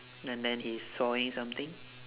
and then he's sawing something